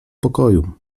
pokoju